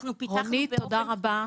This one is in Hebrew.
אנחנו פיתחנו --- רונית, תודה רבה.